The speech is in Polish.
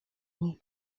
niej